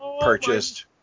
purchased